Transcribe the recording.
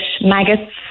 Maggots